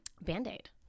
Band-Aid